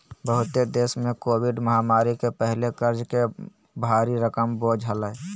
बहुते देश पर कोविड महामारी के पहले कर्ज के भारी भरकम बोझ हलय